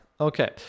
okay